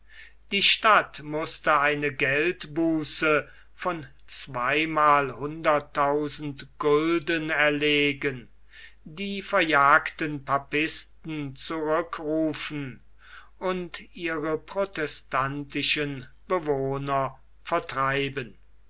die stadt mußte eine geldbuße von zweimalhunderttausend gulden erlegen die verjagten papisten zurückrufen und ihre protestantischen bewohner vertreiben